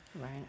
Right